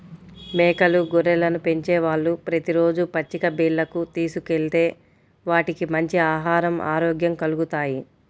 మేకలు, గొర్రెలను పెంచేవాళ్ళు ప్రతి రోజూ పచ్చిక బీల్లకు తీసుకెళ్తే వాటికి మంచి ఆహరం, ఆరోగ్యం కల్గుతాయి